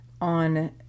On